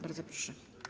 Bardzo proszę.